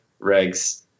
regs